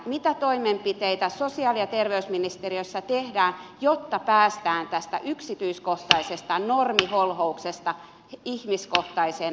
mitä toimenpiteitä sosiaali ja terveysministeriössä tehdään jotta päästään tästä yksityiskohtaisesta normiholhouksesta ihmiskohtaiseen vaikutusten tarkasteluun